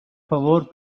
favor